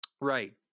Right